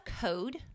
code